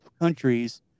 countries